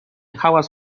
hałas